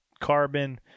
carbon